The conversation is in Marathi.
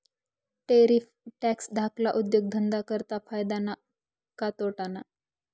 टैरिफ टॅक्स धाकल्ला उद्योगधंदा करता फायदा ना का तोटाना?